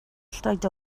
lloyd